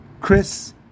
Chris